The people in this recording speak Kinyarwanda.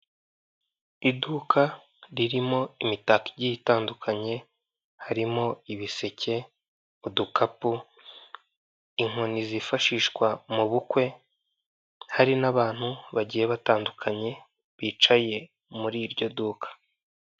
Iduka ririmo imitako igiye itandukanye harimo ibiseke, udukapu, inkoni zifashishwa mu bukwe, hari n'abantu bagiye batandukanye bicaye muri iryo duka.